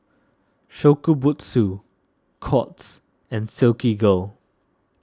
Shokubutsu Courts and Silkygirl